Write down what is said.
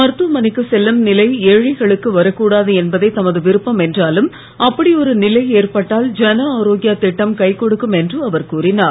மருத்துவமனைக்கு செல்லும் நிலை ஏழைகளுக்கு வரக்கூடாது என்பதே தமது விருப்பம் என்றாலும் அப்படி ஒரு நிலை ஏற்பட்டால் ஜன ஆரோக்யா திட்டம் கை கொடுக்கும் என்று அவர் கூறினார்